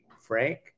Frank